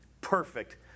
perfect